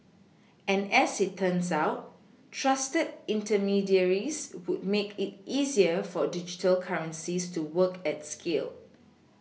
and as it turns out trusted intermediaries would make it easier for digital currencies to work at scale